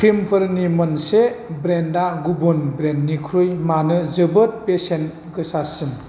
क्रिमफोरनि मोनसे ब्रेन्डा गुबुन ब्रेन्डनिख्रुइ मानो जोबोद बेसेन गोसासिन